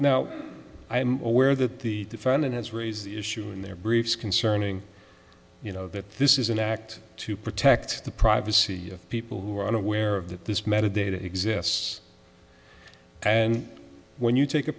now i'm aware that the defendant has raised the issue in their briefs concerning you know that this is an act to protect the privacy of people who are unaware of that this metadata exists and when you take a